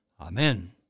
Amen